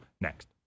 next